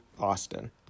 Austin